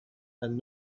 and